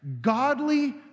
Godly